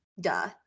Duh